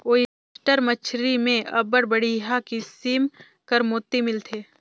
oyster मछरी में अब्बड़ बड़िहा किसिम कर मोती मिलथे